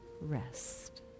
rest